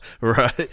right